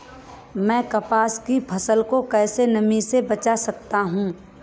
मैं कपास की फसल को कैसे नमी से बचा सकता हूँ?